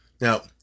Now